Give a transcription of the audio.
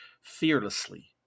fearlessly